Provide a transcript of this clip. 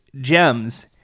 gems